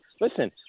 Listen